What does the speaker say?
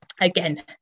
again